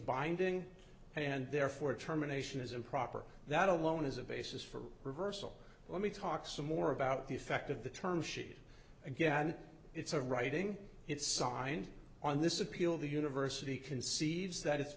binding and therefore terminations is improper that alone is a basis for reversal let me talk some more about the effect of the term sheet again it's a writing it's signed on this appeal the university concedes that it's